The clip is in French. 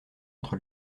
entre